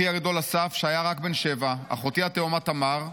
אחי הגדול אסף, שהיה רק בן שבע, אחותי התאומה תמר,